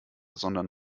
sondern